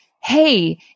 hey